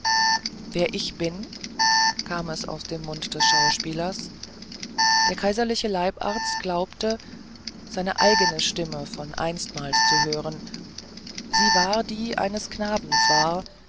wer bin ich kam es aus dem mund des schauspielers der kaiserliche leibarzt glaubte seine eigene stimme von einstmals zu hören sie war die eines knaben zwar